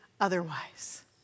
otherwise